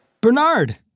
Bernard